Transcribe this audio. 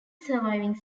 surviving